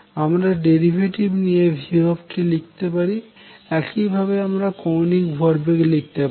আমরা ডেরিভেটিভ নিয়ে v লিখতে পারি একইভাবে আমরা কৌণিক ভর বেগ লিখতে পারি